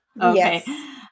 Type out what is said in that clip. Okay